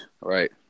Right